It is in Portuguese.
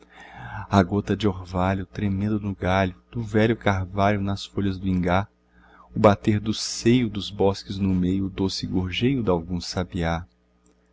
a gota de orvalho tremendo no galho do velho carvalho nas folhas do ingá o bater do seio dos bosques no meio o doce gorjeio dalgum sabiá